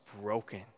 broken